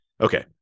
Okay